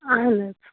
اَہَن حظ